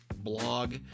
blog